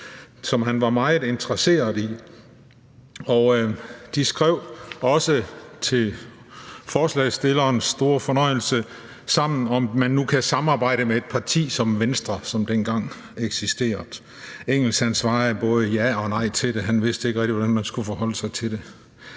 som han var meget interesseret i. De skrev også til forslagsstillerens store fornøjelse sammen om, om man nu kan samarbejde med et parti som Venstre, som dengang eksisterede. Engels svarede både ja og nej til det. Han vidste ikke rigtig, hvordan man skulle forholde sig til det.